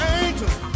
angels